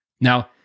Now